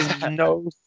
no